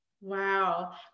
Wow